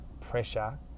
pressure